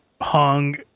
hung